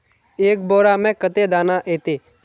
एक बोड़ा में कते दाना ऐते?